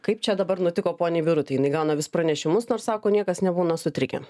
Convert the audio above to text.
kaip čia dabar nutiko poniai birutei jinai gauna vis pranešimus nors sako niekas nebūna sutrikę